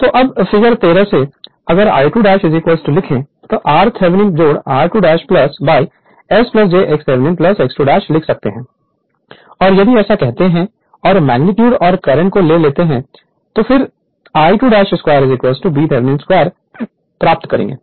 तो अब फिगर 13 से अगर I2 लिखें तब r Thevenin r2 by S j x Thevenin x 2 लिख सकते हैं और यदि ऐसा करते हैं और मैग्नेटयूड और करंट को ले लेते हैं और फिर 2 तब I2 2 b Thevenin 2 प्राप्त करेंगे